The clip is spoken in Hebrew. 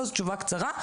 "לא" זו תשובה קצרה.